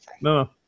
No